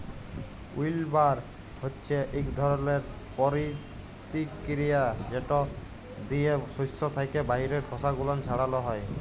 উইল্লবার হছে ইক ধরলের পরতিকিরিয়া যেট দিয়ে সস্য থ্যাকে বাহিরের খসা গুলান ছাড়ালো হয়